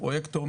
פרויקטור,